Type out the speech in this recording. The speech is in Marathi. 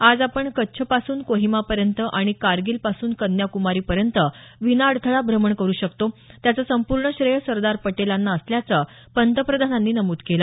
आज आपण कच्छपासून कोहिमापर्यंत आणि कारगीलपासून कन्याकूमारी पर्यंत विनाअडथळा भ्रमण करू शकतो त्याचं संपूर्ण श्रेय सरदार पटेलांना असल्याचं पंतप्रधानांनी नमूद केलं